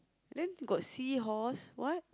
then got seahorse what